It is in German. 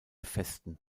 festen